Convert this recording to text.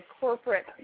corporate